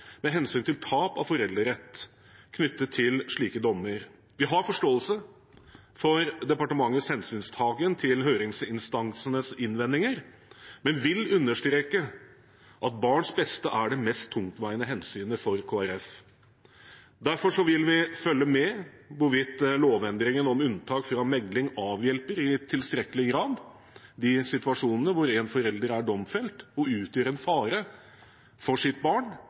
tap av foreldrerett knyttet til slike dommer. Vi har forståelse for departementets hensynstagen til høringsinstansenes innvendinger, men vil understreke at barns beste er det mest tungtveiende hensynet for Kristelig Folkeparti. Derfor vil vi følge med på hvorvidt lovendringen om unntak fra megling avhjelper i tilstrekkelig grad de situasjonene hvor en forelder er domfelt og utgjør en fare for sitt barn,